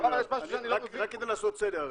רק כדי לעשות סדר,